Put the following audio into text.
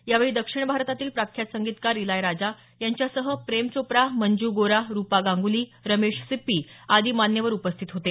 यावेळी दक्षिण भारतातील प्रख्यात संगीतकार इलायाराजा यांच्यासह प्रेम चोप्रा मंज् गोरा रुपा गांग्ली रमेश सिप्पी आदी मान्यवर उपस्थित होते